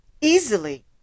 easily